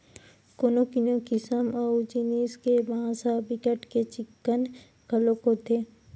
कोनो कोनो किसम अऊ जिनिस के बांस ह बिकट के चिक्कन घलोक होथे